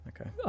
Okay